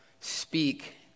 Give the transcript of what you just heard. speak